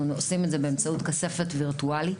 אנחנו עושים את זה באמצעות כספת וירטואלית.